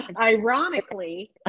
ironically